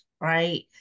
right